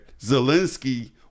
Zelensky